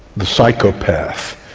the psychopath,